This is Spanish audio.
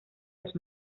los